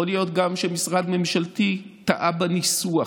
יכול להיות גם שמשרד ממשלתי טעה בניסוח.